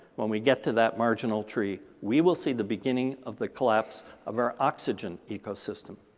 when we get to that marginal tree, we will see the beginning of the collapse of our oxygen ecosystem.